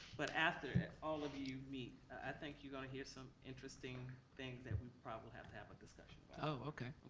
but after all of you meet, i think you're gonna hear some interesting things that we'll probably have to have a discussion about. oh, okay.